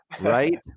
right